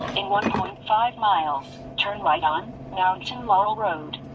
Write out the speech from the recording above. in one point five miles, turn right on mountain laurel road.